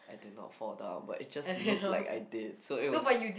I did not fall down but it just look like I did so it was